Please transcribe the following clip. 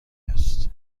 است